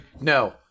no